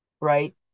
right